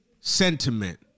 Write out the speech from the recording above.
sentiment